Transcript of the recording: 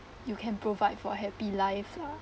you can provide for a happy life lah